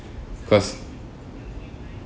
cause